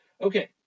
Okay